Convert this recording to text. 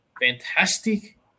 fantastic